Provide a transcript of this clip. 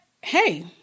hey